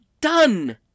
done